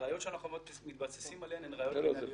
הראיות שאנחנו מתבססים עליהן הן ראיות מינהליות.